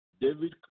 David